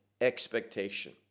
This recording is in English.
expectation